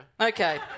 Okay